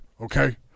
Okay